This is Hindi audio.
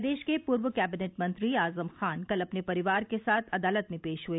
प्रदेश के पूर्व कैबिनेट मंत्री आजम खां कल अपने परिवार के साथ अदालत में पेश हुए